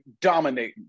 dominating